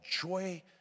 joy